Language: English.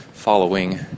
following